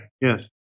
Yes